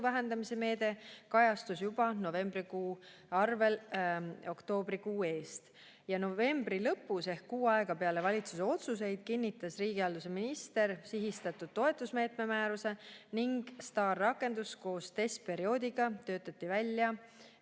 vähendamise meede kajastus juba novembrikuus arvel oktoobrikuu eest. Novembri lõpus ehk kuu aega peale valitsuse otsuseid kinnitas riigihalduse minister sihistatud toetusmeetme määruse ning STAR-rakendus töötati koos testperioodiga välja